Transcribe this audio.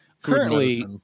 Currently